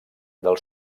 del